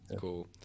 cool